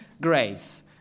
grace